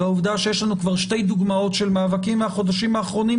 והעובדה שיש לנו כבר שתי דוגמאות של מאבקים מהחודשים האחרונים,